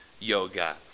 yoga